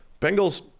Bengals